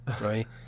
right